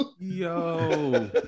Yo